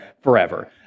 forever